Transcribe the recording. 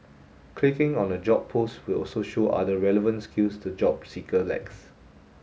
clicking on a job post will also show other relevant skills the job seeker lacks